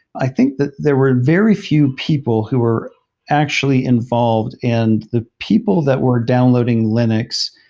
i think that there were very few people who were actually involved and the people that were downloading linux,